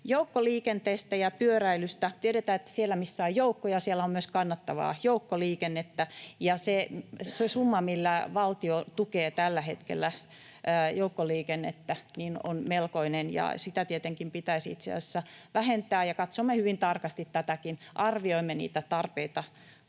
Joukkoliikenteestä ja pyöräilystä tiedämme, että siellä, missä on joukkoja, on myös kannattavaa joukkoliikennettä. Se summa, millä valtio tukee tällä hetkellä joukkoliikennettä, on melkoinen. Sitä tietenkin pitäisi itse asiassa vähentää, ja katsomme hyvin tarkasti tätäkin, arvioimme niitä tarpeita